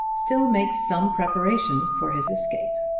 still makes some preparation for his escape.